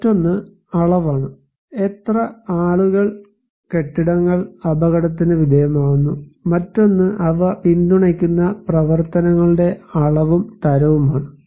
മറ്റൊന്ന് അളവാണ് എത്ര ആളുകളോ കെട്ടിടങ്ങളോ അപകടത്തിന് വിധേയമാകുന്നു മറ്റൊന്ന് അവ പിന്തുണയ്ക്കുന്ന പ്രവർത്തനങ്ങളുടെ അളവും തരവുമാണ്